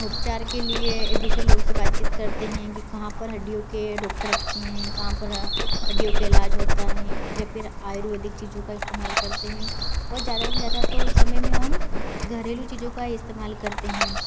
उपचार के लिए दूसरे लोग से बातचीत करते हैं कि कहाँ पर हड्डियों के डोक्टर अच्छे हैं कहाँ पर हड्डियों का इलाज होता है या फिर आयुर्वेदिक चीज़ों का इस्तेमाल करते हैं वह ज़्यादा से ज़्यादा तो उस समय में हम घरेलू चीज़ों का ही इस्तेमाल करते हैं